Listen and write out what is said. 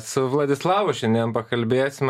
su vladislavu šiandien pakalbėsim